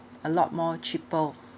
a lot more cheaper